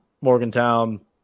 Morgantown